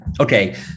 okay